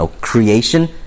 creation